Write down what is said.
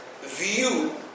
view